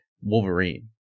Wolverine